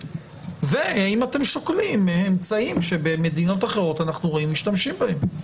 ואם אתם שוקלים אמצעים שבמדינות אחרות אנחנו רואים שמשתמשים בהם.